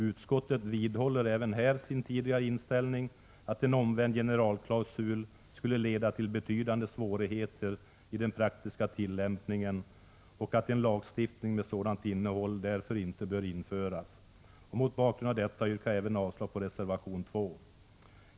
Utskottet vidhåller även här sin tidigare inställning, att en omvänd generalklausul skulle leda till betydande svårigheter i den praktiska tillämpningen och att en lagstiftning med sådant innehåll därför inte bör införas. Mot bakgrund av detta yrkar jag även avslag på reservation nr 2.